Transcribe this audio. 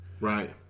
right